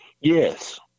yes